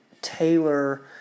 tailor